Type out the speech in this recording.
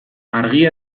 argia